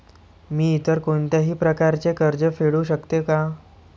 मी इतर कोणत्याही प्रकारे कर्ज फेडू शकते का?